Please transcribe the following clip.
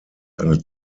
eine